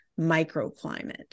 microclimate